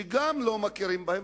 שגם לא מכירים בהם,